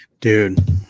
Dude